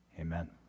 amen